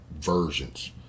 versions